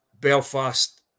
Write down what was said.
Belfast